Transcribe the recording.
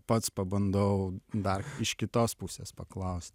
pats pabandau dar iš kitos pusės paklaust